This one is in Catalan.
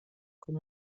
com